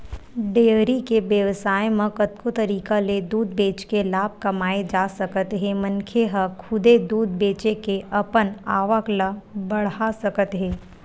dairy के बेवसाय म कतको तरीका ले दूद बेचके लाभ कमाए जा सकत हे मनखे ह खुदे दूद बेचे के अपन आवक ल बड़हा सकत हे